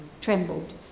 trembled